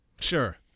Sure